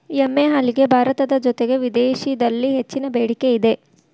ಎಮ್ಮೆ ಹಾಲಿಗೆ ಭಾರತದ ಜೊತೆಗೆ ವಿದೇಶಿದಲ್ಲಿ ಹೆಚ್ಚಿನ ಬೆಡಿಕೆ ಇದೆ